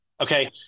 Okay